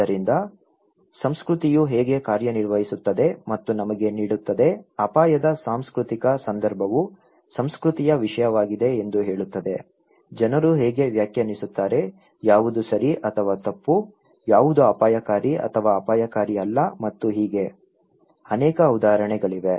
ಆದ್ದರಿಂದ ಸಂಸ್ಕೃತಿಯು ಹೇಗೆ ಕಾರ್ಯನಿರ್ವಹಿಸುತ್ತದೆ ಮತ್ತು ನಮಗೆ ನೀಡುತ್ತದೆ ಅಪಾಯದ ಸಾಂಸ್ಕೃತಿಕ ಸಂದರ್ಭವು ಸಂಸ್ಕೃತಿಯ ವಿಷಯವಾಗಿದೆ ಎಂದು ಹೇಳುತ್ತದೆ ಜನರು ಹೇಗೆ ವ್ಯಾಖ್ಯಾನಿಸುತ್ತಾರೆ ಯಾವುದು ಸರಿ ಅಥವಾ ತಪ್ಪು ಯಾವುದು ಅಪಾಯಕಾರಿ ಅಥವಾ ಅಪಾಯಕಾರಿ ಅಲ್ಲ ಮತ್ತು ಹೀಗೆ ಅನೇಕ ಉದಾಹರಣೆಗಳಿವೆ